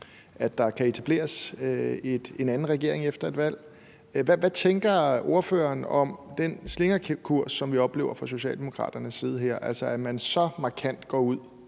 der kan etableres en anden regering efter et valg. Hvad tænker ordføreren om den slingrekurs, som vi oplever fra Socialdemokraternes side her, altså at man så markant går ud